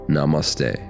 Namaste